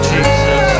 Jesus